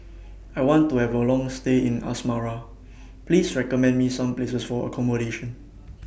I want to Have A Long stay in Asmara Please recommend Me Some Places For accommodation